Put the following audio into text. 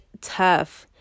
tough